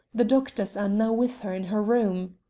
the doctors are now with her in her room.